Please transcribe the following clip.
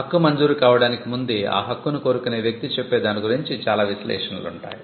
హక్కు మంజూరు కావడానికి ముందే ఆ హక్కుని కోరుకునే వ్యక్తి చెప్పే దాని గురించి చాలా విశ్లేషణలు ఉంటాయి